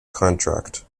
contract